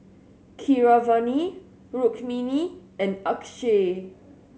Keeravani Rukmini and Akshay